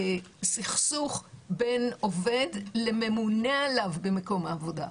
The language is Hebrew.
סכסוך בין עובד לממונה עליו במקום העבודה.